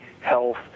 health